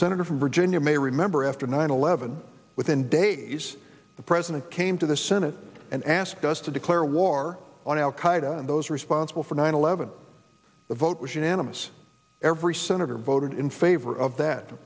senator from virginia may remember after nine eleven within days the president came to the senate and asked us to declare war on al qaeda and those responsible for nine eleven the vote was unanimous every senator voted in favor of that